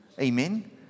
Amen